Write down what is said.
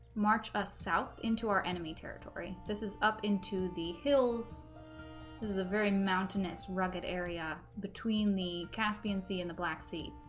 march us south into our enemy territory this is up into the hills this is a very mountainous rugged area between the caspian sea and the black sea